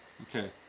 Okay